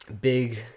Big